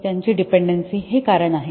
त्याचे डिपेंडेन्सी हे कारण आहे